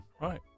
Right